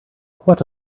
what